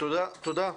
תודה.